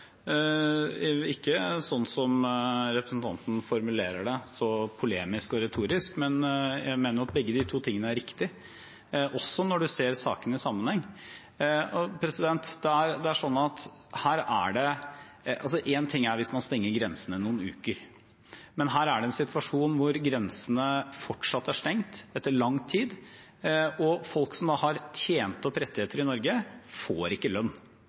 Ikke sånn som representanten formulerer det, så polemisk og retorisk, men jeg mener at begge de to tingene er riktig, også når man ser sakene i sammenheng. Én ting er hvis man stenger grensene noen uker, men her er det en situasjon hvor grensene fortsatt er stengt etter lang tid, og folk som har tjent opp rettigheter i Norge, får ikke lønn.